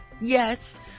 yes